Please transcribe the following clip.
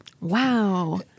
Wow